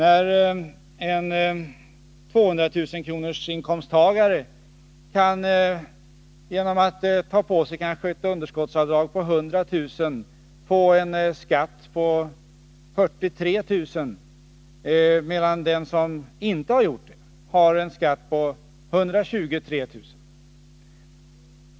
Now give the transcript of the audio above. En 200 000-kronorsinkomsttagare kan, genom att göra ett avdrag på ca 100 000 kr., få en skatt på 43 000 kr. medan den som inte kan göra ett sådant avdrag får en skatt på 123 000 kr.